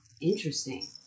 Interesting